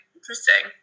Interesting